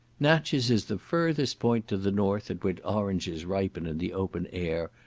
natches is the furthest point to the north at which oranges ripen in the open air,